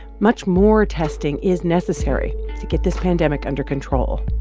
much more testing is necessary to get this pandemic under control.